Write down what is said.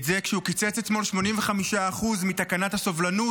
זה כשהוא קיצוץ אתמול 85% מתקנת הסובלנות,